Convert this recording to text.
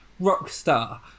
Rockstar